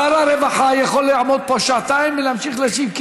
שר הרווחה יכול לעמוד פה שעתיים ולהמשיך להשיב,